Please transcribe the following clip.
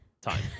time